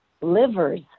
livers